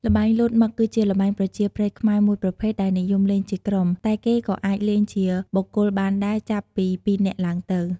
ល្បែងលោតមឹក គឺជាល្បែងប្រជាប្រិយខ្មែរមួយប្រភេទដែលនិយមលេងជាក្រុម តែគេក៏អាចលេងជាបុគ្គលបានដែរចាប់ពីពីរនាក់ឡើងទៅ។